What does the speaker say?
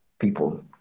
people